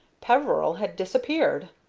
peveril had disappeared.